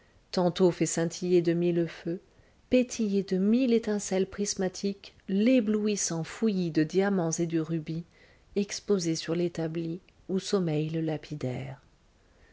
tantôt fait scintiller de mille feux pétiller de mille étincelles prismatiques l'éblouissant fouillis de diamants et de rubis exposés sur l'établi où sommeille le lapidaire